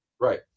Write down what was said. Right